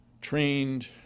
trained